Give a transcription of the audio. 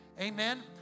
Amen